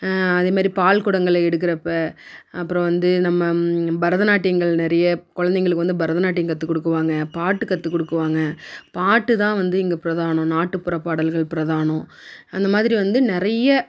அதே மாதிரி பால் குடங்கள் எடுக்கிறப்ப அப்புறம் வந்து நம்ம பரத நாட்டியங்கள் நிறைய கொழந்தைங்களுக்கு வந்து பரத நாட்டியம் கற்று கொடுக்குவாங்க பாட்டு கற்று கொடுக்குவாங்க பாட்டு தான் வந்து இங்கே பிரதானம் நாட்டுப்புற பாடல்கள் பிரதானம் அந்த மாதிரி வந்து நிறைய